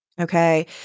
Okay